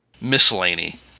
miscellany